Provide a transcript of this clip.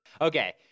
Okay